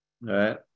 right